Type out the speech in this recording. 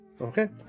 Okay